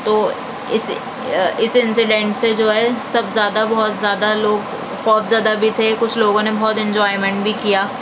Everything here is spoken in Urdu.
تو اس اس انسیڈنٹ سے جو ہے سب زیادہ بہت زیادہ لوگ خوفزدہ بھی تھے کچھ لوگوں نے بہت اننجوائمنٹ بھی کیا